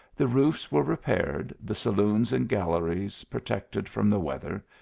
the roofs were re paired, the saloons and galleries protected from the weather,